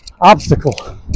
obstacle